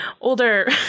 older